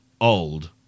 old